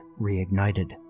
reignited